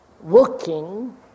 working